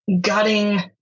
gutting